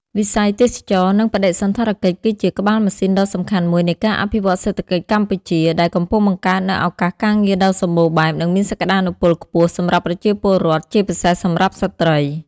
វិស័យទេសចរណ៍ និងបដិសណ្ឋារកិច្ចគឺជា ក្បាលម៉ាស៊ីនដ៏សំខាន់មួយនៃការអភិវឌ្ឍសេដ្ឋកិច្ចកម្ពុជា ដែលកំពុងបង្កើតនូវឱកាសការងារដ៏សម្បូរបែប និងមានសក្តានុពលខ្ពស់សម្រាប់ប្រជាពលរដ្ឋ ជាពិសេសសម្រាប់ស្ត្រី។